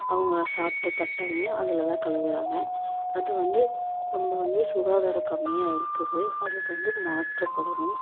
அவங்க சாப்பிட்ட தட்டமுமே அதில் தான் கழுவுகிறாங்க அது வந்து ரொம்ப வந்து சுகாதாரம் கம்மியாக இருக்குது அது வந்து மாற்றப்படணும்